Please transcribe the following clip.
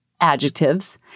adjectives